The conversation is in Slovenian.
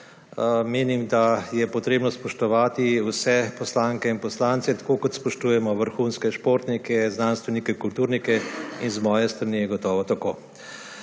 Menim, da je treba spoštovati vse poslanke in poslance, tako kot spoštujemo vrhunske športnike, znanstvenike, kulturnike. Z moje strani je gotovo tako.